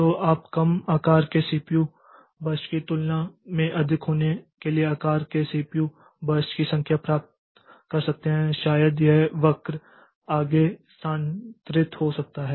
तो आप कम आकार के सीपीयू बर्स्ट की तुलना में अधिक होने के लिए आकार के सीपीयू बर्स्ट की संख्या प्राप्त कर सकते हैं या शायद यह वक्र आगे स्थानांतरित हो सकता है